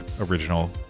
original